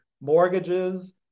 mortgages